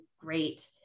great